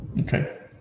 Okay